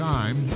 Time